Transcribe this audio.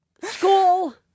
School